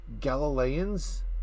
Galileans